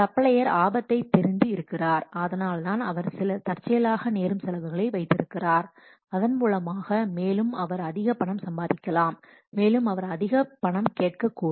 supplier ஆபத்தை தெரிந்து இருக்கிறார் அதனால் தான் அவர் சில தற்செயலாக நேரும் செலவுகளை வைத்திருக்கிறார் அதன் மூலமாக மேலும் அவர் அதிக பணம் சம்பாதிக்கலாம் மேலும் அவர் அதிக பணம் கேட்கக் கூடும்